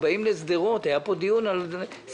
הם באים לשדרות היה פה דיון על סינרג'י